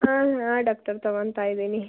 ಹಾಂ ಹಾಂ ಡಾಕ್ಟರ್ ತೊಗೋತಾ ಇದ್ದೀನಿ